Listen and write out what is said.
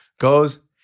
goes